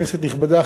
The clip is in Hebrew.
כנסת נכבדה,